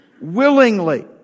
willingly